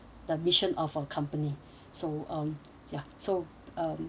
the mission of our company so um ya so um